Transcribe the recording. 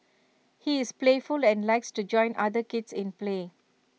he is playful and likes to join other kids in play